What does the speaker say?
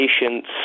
patients